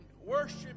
worship